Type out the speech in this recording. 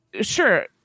sure